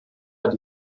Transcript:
hat